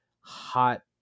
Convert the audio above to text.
hot